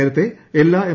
നേരത്തെ എല്ലാ എം